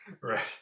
Right